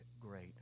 great